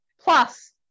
Plus